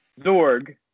Zorg